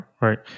right